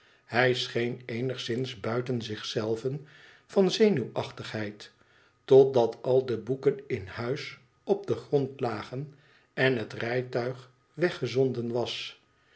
hij scheen eenigszins buiten zich zelven van zenuwachtigheid totdat al de boeken in huis op den grond lagen en het rijtuig weggezonden was